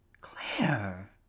claire